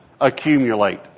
accumulate